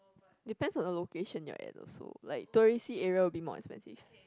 depends on the location you're at also like touristy area will be more expensive